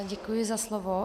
Děkuji za slovo.